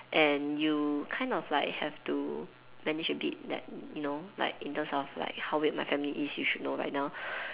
and you kind of like have to manage a bit like you know like in terms of like how weird my family is you should know by now